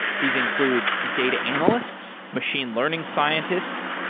these include data analysts, machine learning scientists,